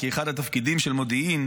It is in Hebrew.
כי אחד התפקידים של מודיעין